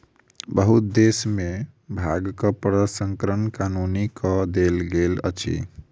बहुत देश में भांगक प्रसंस्करण कानूनी कअ देल गेल अछि